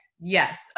Yes